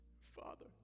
Father